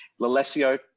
Lalesio